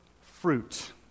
fruit